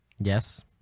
yes